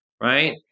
right